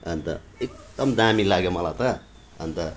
अन्त एकदम दामी लाग्यो मलाई त अन्त